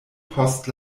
post